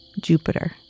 Jupiter